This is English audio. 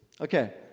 Okay